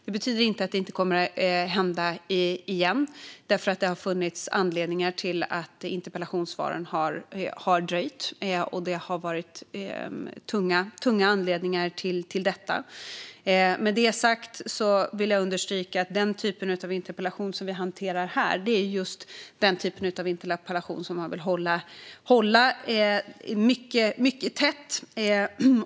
Det betyder inte att detta inte kommer att hända igen, för det har funnits anledningar till att interpellationssvaren har dröjt, och det har varit tunga anledningar. Med det sagt vill jag understryka att den typ av interpellationsdebatt som vi håller här är just den typ av interpellationsdebatt som man vill hålla mycket tätt.